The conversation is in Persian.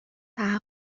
تحقق